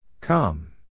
Come